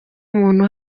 muntu